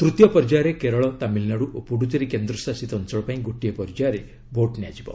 ତୂତୀୟ ପର୍ଯ୍ୟାୟରେ କେରଳ ତାମିଲନାଡୁ ଓ ପୁଡ଼ୁଚେରୀ କେନ୍ଦ୍ରଶାସିତ ଅଞ୍ଚଳ ପାଇଁ ଗୋଟିଏ ପର୍ଯ୍ୟାୟରେ ଭୋଟ୍ ନିଆଯିବ